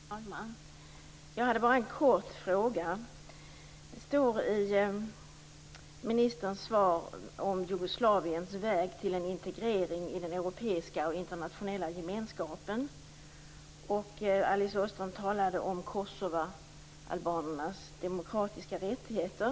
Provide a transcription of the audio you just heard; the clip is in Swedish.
Fru talman! Jag har bara en kort fråga. Det står i ministerns svar om Jugoslaviens väg till en integrering i den europeiska och internationella gemenskapen. Alice Åström talade om kosovaalbanernas demokratiska rättigheter.